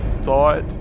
thought